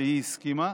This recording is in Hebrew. והיא הסכימה,